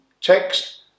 text